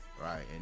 right